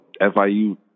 FIU